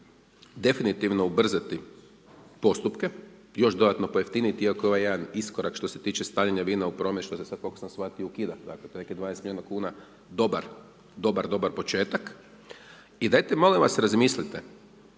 definitivno ubrzati postupke, još dodatno pojeftiniti, iako ovaj jedan iskorak, što se tiče stavljanja vina, što sam sada, koliko sam shvatio, ukida, dakle, to je nekih 20 milijuna kuna dobar početak. I dajte molim vas razmislite,